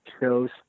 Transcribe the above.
shows